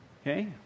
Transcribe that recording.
Okay